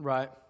Right